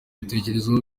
bitekerezo